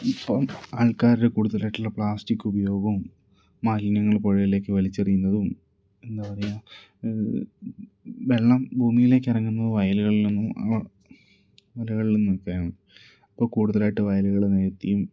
ഇപ്പം ആൾക്കാരുടെ കൂടുതലായിട്ടുള്ള പ്ലാസ്റ്റിക്ക് ഉപയോഗവും മാലിന്യങ്ങൾ പുഴയിലേക്ക് വലിച്ചെറിയുന്നതും എന്താ പറയുക വെള്ളം ഭൂമിയിലേക്കിറങ്ങുന്നത് വയലുകളിൽ നിന്നും ആ മലകളിൽ നിന്നുമൊക്കെയാണ് അപ്പം കൂടുതലായിട്ട് വയലുകൾ നികത്തിയും